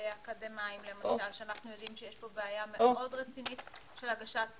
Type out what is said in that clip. אקדמאים למשל שאנחנו יודעים שיש כאן בעיה מאוד רצינית של הגשת